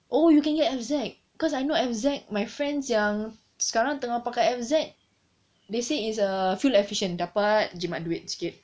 oh you can get F_Z cause I know F_Z my friends yang sekarang tengah pakai F_Z they say it's err fuel efficient dapat jimat duit sikit